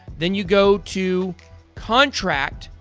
then you go to contract.